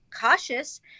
cautious